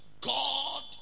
God